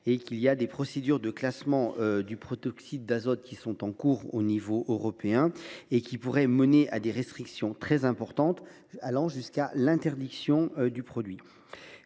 le sujet : des procédures de classement du protoxyde d’azote sont en cours à cet échelon. Celles ci pourraient mener à des restrictions très importantes, allant jusqu’à l’interdiction du produit.